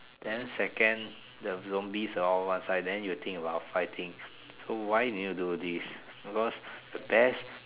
then second the zombies are all one side then you think about fighting so why you need to do this because the best